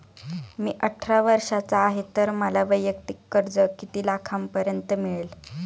मी अठरा वर्षांचा आहे तर मला वैयक्तिक कर्ज किती लाखांपर्यंत मिळेल?